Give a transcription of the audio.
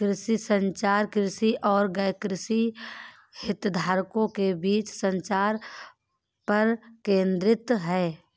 कृषि संचार, कृषि और गैरकृषि हितधारकों के बीच संचार पर केंद्रित है